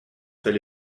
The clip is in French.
fait